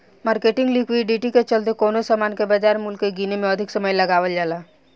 marketing liquidity के चलते कवनो सामान के बाजार मूल्य के गीने में अधिक समय लगावल जाला